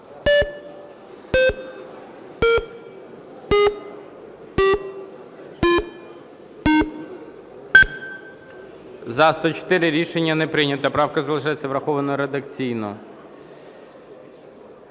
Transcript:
За-104 Рішення не прийнято, правка залишається врахована редакційно.